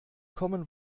common